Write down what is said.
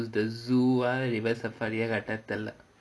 yes we are going to the zoo and river safari தெரில:therila